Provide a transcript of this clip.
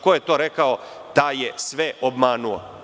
Ko je to rekao, taj je sve obmanuo.